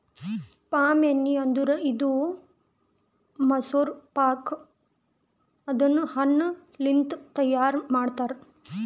palm ಎಣ್ಣಿ ಅಂದುರ್ ಇದು ಮೆಸೊಕಾರ್ಪ್ ಅನದ್ ಹಣ್ಣ ಲಿಂತ್ ತೈಯಾರ್ ಮಾಡ್ತಾರ್